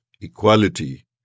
equality